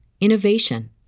innovation